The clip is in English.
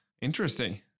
Interesting